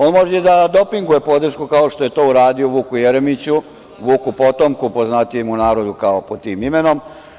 On može i da dopinguje podršku, kao što je to uradio Vuku Jeremiću, Vuku potomku, poznatijem u narodu pod tim imenom.